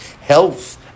health